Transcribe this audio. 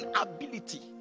ability